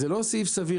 זה לא סעיף סביר.